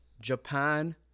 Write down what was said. Japan